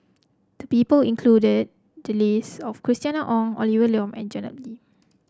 the people included the list of Christina Ong Olivia Lum and Janet